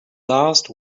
last